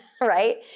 right